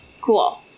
Cool